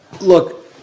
look